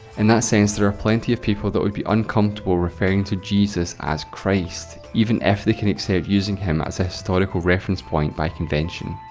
and that sense, there are plenty of people that would be uncomfortable referring to jesus as christ, even if they can accept using him as a historical reference point by convention.